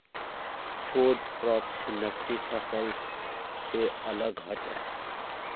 food crops नगदी फसल से अलग होचे